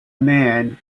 man